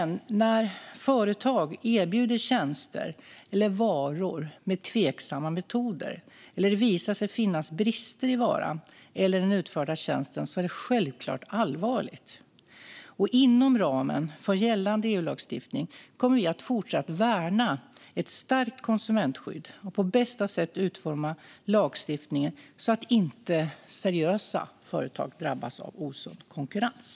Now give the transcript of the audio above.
När företag erbjuder tjänster eller varor med tveksamma metoder eller det visar sig finnas brister i varan eller den utförda tjänsten är det självklart allvarligt. Inom ramen för gällande EU-lagstiftning kommer vi att fortsätta värna ett starkt konsumentskydd och på bästa sätt utforma lagstiftningen så att seriösa företag inte drabbas av osund konkurrens.